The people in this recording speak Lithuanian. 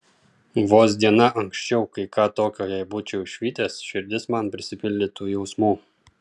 vos diena anksčiau kai ką tokio jei būčiau išvydęs širdis man prisipildytų jausmų